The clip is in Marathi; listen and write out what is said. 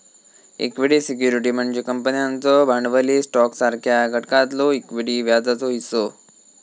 इक्विटी सिक्युरिटी म्हणजे कंपन्यांचो भांडवली स्टॉकसारख्या घटकातलो इक्विटी व्याजाचो हिस्सो